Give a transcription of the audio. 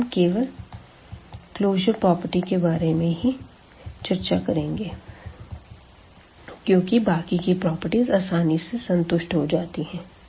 अब हम केवल क्लोज़र प्रॉपर्टी के बारे में ही चर्चा करेंगे क्योंकि बाकी की प्रॉपर्टीज आसानी से संतुष्ट हो जाती है